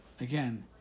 again